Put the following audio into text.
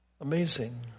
Amazing